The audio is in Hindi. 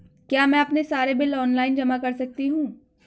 क्या मैं अपने सारे बिल ऑनलाइन जमा कर सकती हूँ?